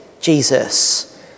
Jesus